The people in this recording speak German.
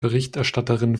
berichterstatterin